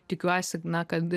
tikiuosi kad